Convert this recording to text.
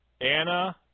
Anna